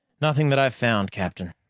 nothing that i've found, captain.